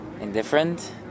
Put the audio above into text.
indifferent